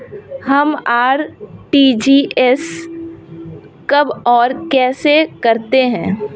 हम आर.टी.जी.एस कब और कैसे करते हैं?